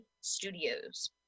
Studios